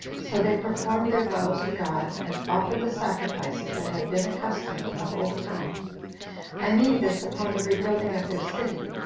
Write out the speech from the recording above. so they performed their vows to god, and offered the sacrifices that had been accustomed of old time i mean this upon the rebuilding of their city,